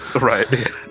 Right